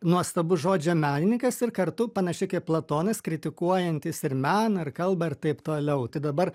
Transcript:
nuostabus žodžio menininkas ir kartu panašiai kaip platonas kritikuojantis ir meną ir kalbą ir taip toliau tai dabar